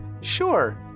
sure